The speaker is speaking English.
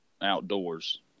Outdoors